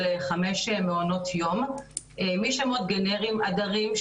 חמישה מעונות יום משמות גנריים 'הדרים',